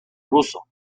russo